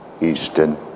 Easton